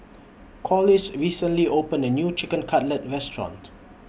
Corliss recently opened A New Chicken Cutlet Restaurant